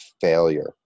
failure